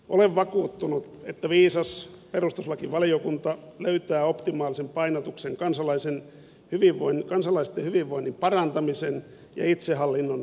olen vakuuttunut että viisas perustuslakivaliokunta löytää optimaalisen painotuksen kansalaisten hyvinvoinnin parantamisen ja itsehallinnon tarpeiden välillä